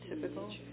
Typical